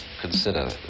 consider